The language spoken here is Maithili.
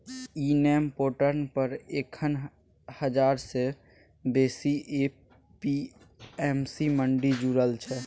इ नेम पोर्टल पर एखन हजार सँ बेसी ए.पी.एम.सी मंडी जुरल छै